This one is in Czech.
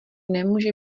nemůže